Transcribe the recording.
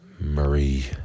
Marie